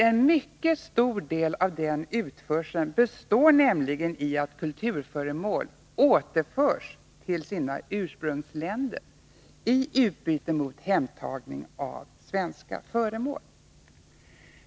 En mycket stor del av utförseln består nämligen i att kulturföremål återförs till sina ursprungsländer i utbyte mot hemtagning av svenska föremål.